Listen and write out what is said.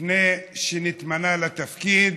לפני שנתמנה לתפקיד,